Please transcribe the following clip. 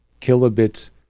kilobits